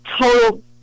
total